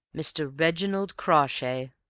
mr. reginald crawshay.